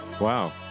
Wow